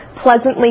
pleasantly